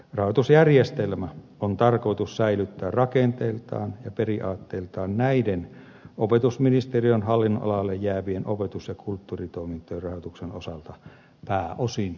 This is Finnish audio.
rahoitusjärjestelmä on tarkoitus säilyttää rakenteiltaan ja periaatteiltaan näiden opetusministeriön hallinnonalalle jäävien opetus ja kulttuuritoimintojen rahoituksen osalta pääosin nykyisellään